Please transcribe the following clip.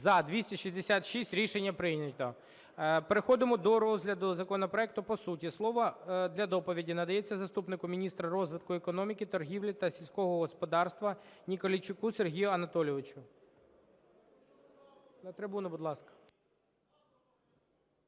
За-266 Рішення прийнято. Переходимо до розгляду законопроекту по суті. Слово для доповіді надається заступнику міністра розвитку економіки, торгівлі та сільського господарства Ніколайчуку Сергію Анатолійовичу. На трибуну, будь ласка.